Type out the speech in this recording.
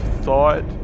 thought